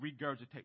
regurgitate